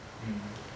mm